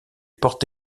porte